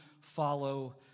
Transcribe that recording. follow